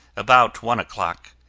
about one o'clock,